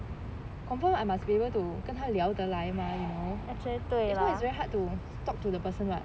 confirm I must be able to 跟他聊的来 mah you know if not it's very hard to talk to the person [what]